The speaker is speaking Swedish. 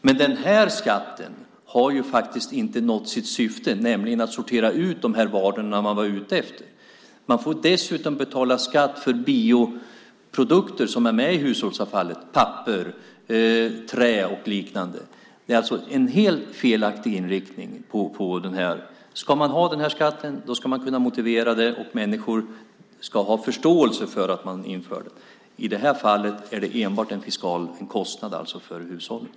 BRAS-skatten har inte nått sitt syfte, nämligen att sortera ut de varor som den var tänkt att utsortera. Man får dessutom betala skatt för de bioprodukter som finns i hushållsavfallet - papper, trä och liknande. Det är alltså en helt felaktig inriktning. Om man ska ha den skatten då ska man också kunna motivera den, och människor måste ha förståelse för att den införs. I det här fallet är den enbart en kostnad för hushållen.